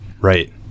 Right